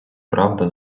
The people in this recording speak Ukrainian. правда